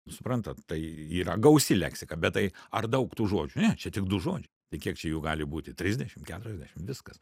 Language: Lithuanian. suprantat tai yra gausi leksika bet tai ar daug tų žodžių čia tik du žodžiai tai kiek čia jų gali būti trisdešim keturiasdešim viskas